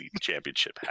championship